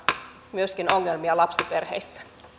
myöskin ongelmia lapsiperheissä